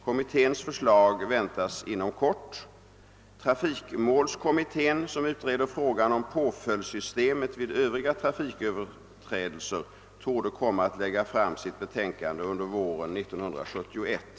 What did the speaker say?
Kommitténs förslag väntas inom kort. Trafik målskommittén som utreder frågan om påföljdssystemet vid övriga trafiköverträdelser torde komma att lägga fram sitt betänkande under våren 1971.